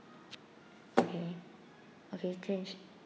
okay okay